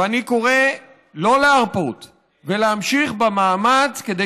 ואני קורא שלא להרפות ולהמשיך במאמץ כדי